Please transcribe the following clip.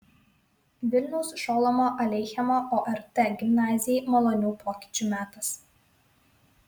vilniaus šolomo aleichemo ort gimnazijai malonių pokyčių metas